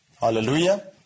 Hallelujah